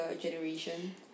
generation